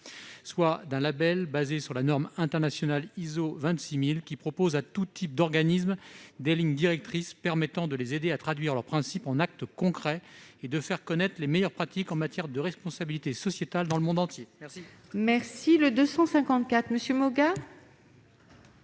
soit d'un label basé sur la norme internationale ISO 26 000 qui propose à tous types d'organismes des lignes directrices permettant de les aider à traduire leurs principes en actes concrets et de faire connaître les meilleures pratiques en matière de responsabilité sociétale dans le monde entier. La parole est à M.